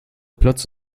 platz